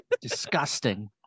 Disgusting